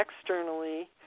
externally